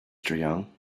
young